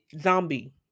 zombie